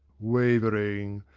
wavering,